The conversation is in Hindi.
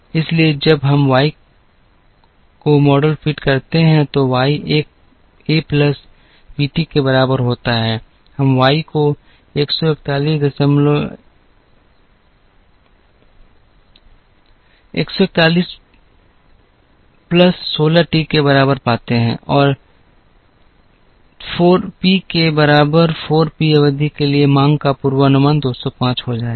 इसलिए जब हम Y का मॉडल फिट करते हैं तो Y एक प्लस bt के बराबर होता है हम Y को 141141 प्लस 16 t के बराबर पाते हैं और 4 पी के बराबर 4 पी अवधि के लिए मांग का पूर्वानुमान 205 हो जाएगा